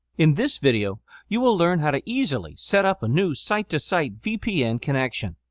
in this video you will learn how to easily set up a new site to site vpn connection.